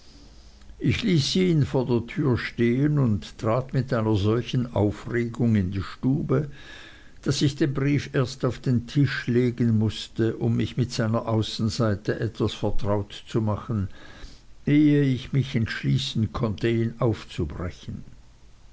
ich ließ ihn vor der türe stehen und trat mit einer solchen aufregung in die stube daß ich den brief erst auf den tisch legen mußte um mich mit seiner außenseite etwas vertraut zu machen ehe ich mich entschließen konnte ihn aufzubrechen